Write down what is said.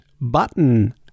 button